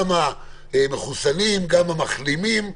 גם על המחוסנים וגם על המחלימים.